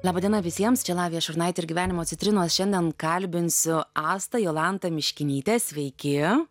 laba diena visiems čia lavija šurnaitė ir gyvenimo citrinos šiandien kalbinsiu astą jolantą miškinytę sveiki